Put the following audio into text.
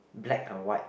black and white